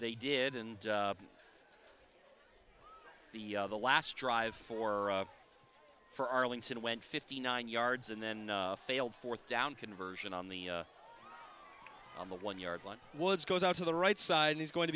they did and the last drive for for arlington went fifty nine yards and then failed fourth down conversion on the on the one yard line woods goes out to the right side and he's going to